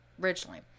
originally